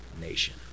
nation